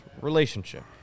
relationship